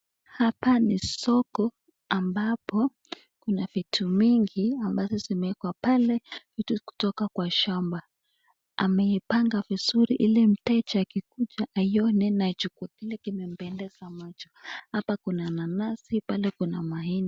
Hapa ni soko ambapo kuna vitu mingi ambazo zimewekwa pale vitu kutoka kwa shamba ,ameipanga vizuri ili mteja akikuja aione na achukue kile kimempendeza macho. Hapa kuna nanasi, pale kuna maembe.